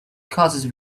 causes